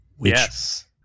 yes